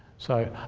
so,